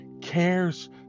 cares